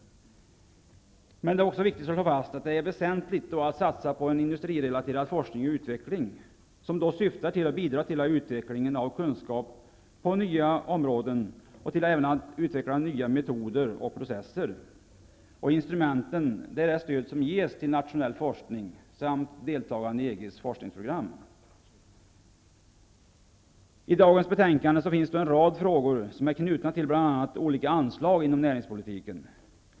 Det är också viktigt att slå fast att det är väsentligt att satsa på en industrirelaterad forskning och utveckling, som syftar till att bidra till utveckling av kunskap på nya områden och även till utveckling av nya metoder och processer. Instrumenten för detta är det stöd som ges till nationell forskning samt deltagande i EG:s forskningsprogram. I dagens betänkande finns en rad frågor som är knutna till bl.a. olika anslag inom näringspolitiken.